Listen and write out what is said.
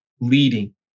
leading